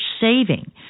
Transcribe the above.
saving